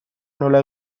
nola